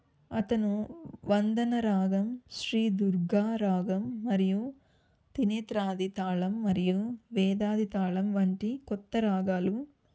అతను వందన రాగం శ్రీ దుర్గారాగం మరియు త్రినేత్రాది తాళం మరియు వేదాది తాళం వంటి కొత్త రాగాలు